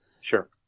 Sure